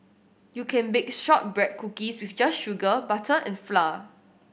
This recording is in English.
you can bake shortbread cookies with just sugar butter and flour